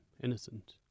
innocent